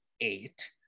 eight